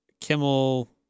Kimmel